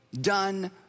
done